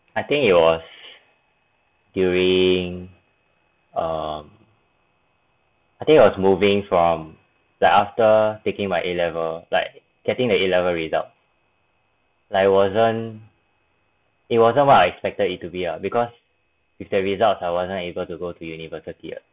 I think it was during um I think it was moving from like after taking my A level like getting the A level result like wasn't it wasn't what I expected it to be err because its the results I wasn't able to go to university